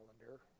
calendar